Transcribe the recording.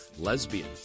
lesbian